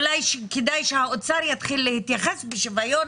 אולי כדאי שהאוצר יתחיל להתייחס בשוויון